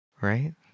Right